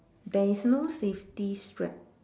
there is no safety strap